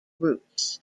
routes